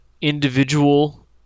individual